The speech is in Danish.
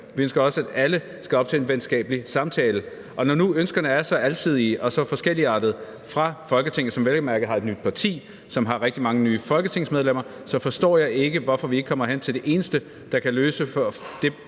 Vi ønsker også, at alle skal op til en venskabelig samtale. Og når nu ønskerne er så alsidige og så forskelligartede i Folketinget, som vel at mærke har et nyt parti, som har rigtig mange nye folketingsmedlemmer, så forstår jeg ikke, hvorfor vi ikke kommer hen til det eneste, der kan løse det,